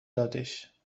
دادش